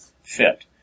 fit